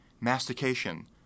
Mastication